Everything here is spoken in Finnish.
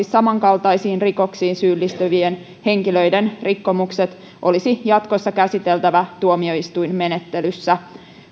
samankaltaisiin rikoksiin syyllistyvien henkilöiden rikkomukset olisi jatkossa käsiteltävä tuomioistuinmenettelyssä